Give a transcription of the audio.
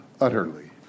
utterly